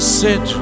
sit